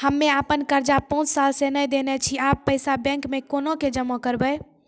हम्मे आपन कर्जा पांच साल से न देने छी अब पैसा बैंक मे कोना के जमा करबै?